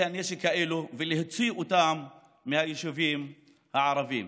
הנשק האלה ולהוציא אותם מהיישובים הערביים.